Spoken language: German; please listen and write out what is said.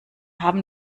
haben